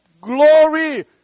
glory